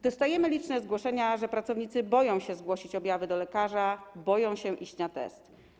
Dostajemy liczne zgłoszenia, że pracownicy boją się zgłosić objawy do lekarza, boją się iść na test.